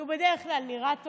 כי הוא בדרך כלל נראה טוב,